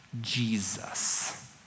Jesus